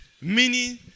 Meaning